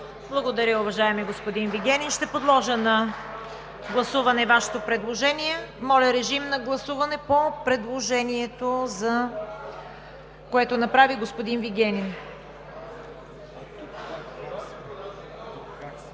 Благодаря, уважаеми господин Вигенин. Ще подложа на гласуване Вашето предложение. Моля, режим на гласуване по предложението, което направи господин Вигенин.